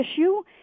issue